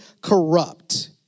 corrupt